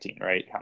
right